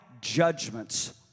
judgments